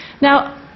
now